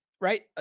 right